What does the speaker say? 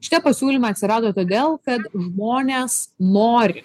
šitie pasiūlymai atsirado todėl kad žmonės nori